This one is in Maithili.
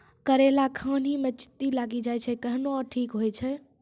करेला खान ही मे चित्ती लागी जाए छै केहनो ठीक हो छ?